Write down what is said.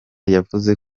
yavuze